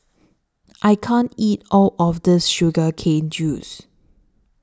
I can't eat All of This Sugar Cane Juice